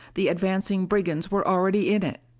the advancing brigands were already in it!